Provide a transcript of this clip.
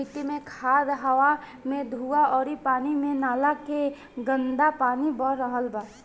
मिट्टी मे खाद, हवा मे धुवां अउरी पानी मे नाला के गन्दा पानी बह रहल बा